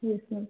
yes ma'am